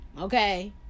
Okay